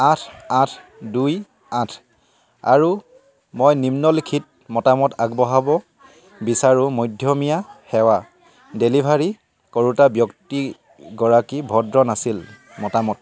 আঠ আঠ দুই আঠ আৰু মই নিম্নলিখিত মতামত আগবঢ়াব বিচাৰোঁ মধ্যমীয়া সেৱা ডেলিভাৰী কৰোঁতা ব্যক্তিগৰাকী ভদ্ৰ নাছিল মতামত